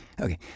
Okay